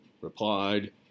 replied